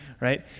right